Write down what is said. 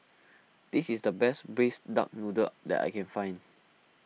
this is the best Braised Duck Noodle that I can find